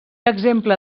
exemple